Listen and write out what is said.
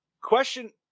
Question